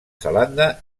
zelanda